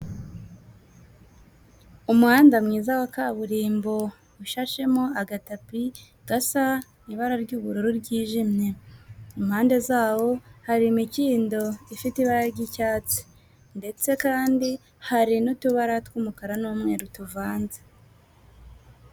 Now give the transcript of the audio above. Umuhanda mwiza wa kaburimbo ushashemo agatapi gasa ibara ry'ubururu ryijimye, impande zawo hari imikindo ifite ibara ry'icyatsi, ndetse kandi hari n'utubara tw'umukara n'umweru tuvanze.